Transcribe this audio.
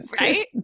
Right